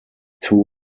two